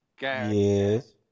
Yes